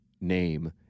name